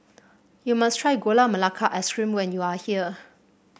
you must try Gula Melaka Ice Cream when you are here